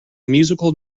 musical